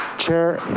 chair,